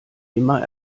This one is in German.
immer